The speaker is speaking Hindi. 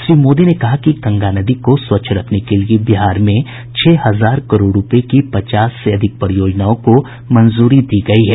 श्री मोदी ने कहा कि गंगा नदी को स्वच्छ रखने के लिए बिहार में छह हजार करोड़ रुपये की पचास से अधिक परियोजनाओं को मंजूरी दी गई है